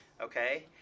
okay